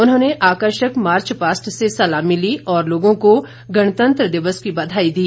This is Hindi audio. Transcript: उन्होंने आकर्षक मार्चपास्ट से सलामी ली और लोगों को गणतंत्र दिवस की बधाई दी